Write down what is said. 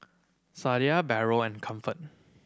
Sadia Barrel and Comfort